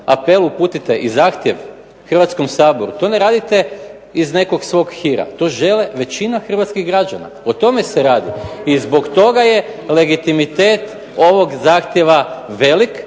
apel uputite i zahtjev Hrvatskom saboru to ne radite iz nekog svog hira. To žele većina hrvatskih građana. O tome se radi i zbog toga je legitimitet ovog zahtjeva veliki